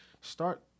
Start